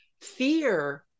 Fear